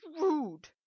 rude